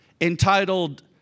entitled